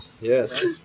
Yes